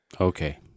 Okay